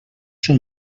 són